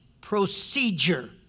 procedure